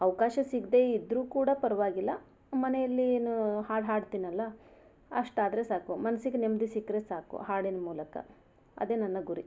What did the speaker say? ಅವಕಾಶ ಸಿಗದೇ ಇದ್ದರೂ ಕೂಡ ಪರವಾಗಿಲ್ಲ ಮನೆಯಲ್ಲಿ ಏನು ಹಾಡು ಹಾಡ್ತೀನಲ್ಲ ಅಷ್ಟಾದರೆ ಸಾಕು ಮನಸ್ಸಿಗೆ ನೆಮ್ಮದಿ ಸಿಕ್ಕರೆ ಸಾಕು ಹಾಡಿನ ಮೂಲಕ ಅದೇ ನನ್ನ ಗುರಿ